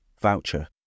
voucher